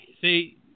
see